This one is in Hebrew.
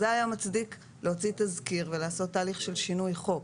אז זה היה מצדיק להוציא תזכיר ולעשות תהליך של שינוי חוק.